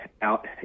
out